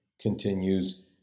continues